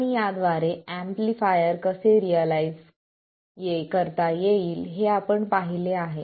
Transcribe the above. आणि याद्वारे एम्पलीफायर कसे रियलाईझ येईल हे आपण पाहिले आहे